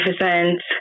magnificent